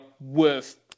worth